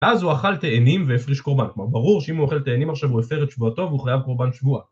אז הוא אכל תאנים והפריש קורבן, כמו ברור שאם הוא אוכל תאנים עכשיו הוא יפר את שבועותו והוא חייב קורבן שבוע